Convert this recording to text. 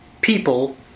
people